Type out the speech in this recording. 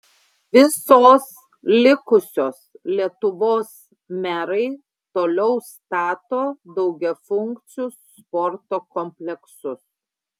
visos likusios lietuvos merai toliau stato daugiafunkcius sporto kompleksus